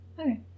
Okay